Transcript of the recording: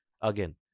Again